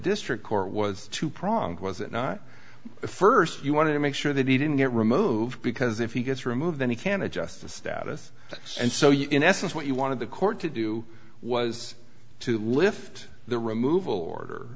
district court was two pronged was it not the first you want to make sure that he didn't get removed because if he gets removed then he can adjust the status and so you in essence what you wanted the court to do was to lift the removal order